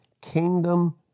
kingdom